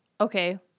okay